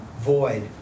void